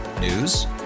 News